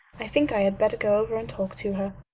i think i had better go over and talk to her.